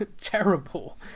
terrible